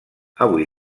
avui